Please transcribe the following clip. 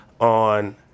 on